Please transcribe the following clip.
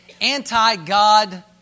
anti-God